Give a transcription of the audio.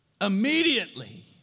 immediately